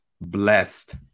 blessed